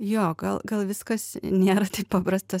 jo gal gal viskas nėra taip paprasta